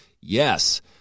Yes